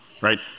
Right